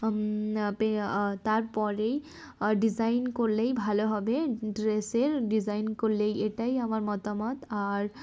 তারপরেই ডিজাইন করলেই ভালো হবে ড্রেসের ডিজাইন করলেই এটাই আমার মতামত আর